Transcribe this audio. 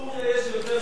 לסוריה יש יותר שקט.